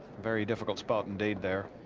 very difficult spot indeed. there.